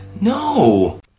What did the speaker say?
No